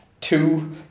Two